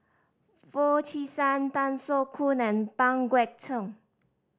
Foo Chee San Tan Soo Khoon and Pang Guek Cheng